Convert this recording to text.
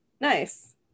nice